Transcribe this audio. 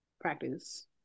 practice